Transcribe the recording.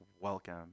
welcome